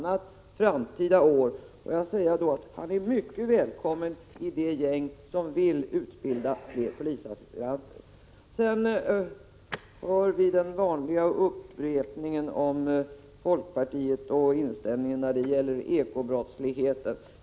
Jag säger: Mycket välkommen i det gäng som vill utbilda fler polisaspiranter. Sedan har vi hört den vanliga upprepningen om folkpartiets inställning till ekobrottsligheten.